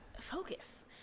Focus